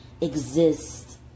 exist